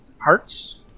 Hearts